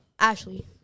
Ashley